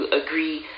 agree